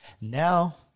Now